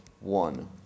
one